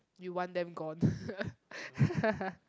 you want them gone